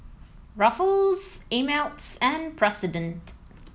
Ruffles Ameltz and President